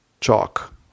Chalk